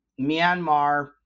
Myanmar